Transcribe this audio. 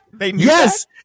Yes